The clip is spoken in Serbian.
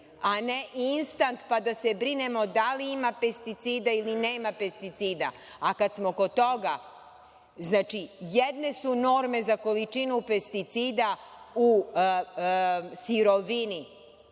a ne instant, pa da se brinemo da li ima pesticida ili nema pesticida. A kad smo kod toga, jedne su norme za količinu pesticida u sirovini,